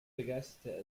begeisterte